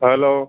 hello